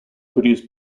produced